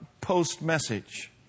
post-message